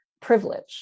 privilege